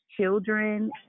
children